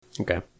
Okay